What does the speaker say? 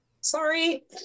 Sorry